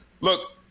look